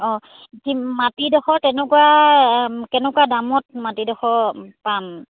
অঁ সি মাটিডোখৰ তেনেকুৱা কেনেকুৱা দামত মাটিডোখৰ পাম